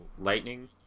lightning